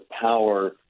power